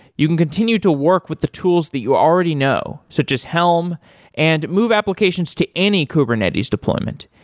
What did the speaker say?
you can continue to work with the tools that you already know, such as helm and move applications to any kubernetes deployment.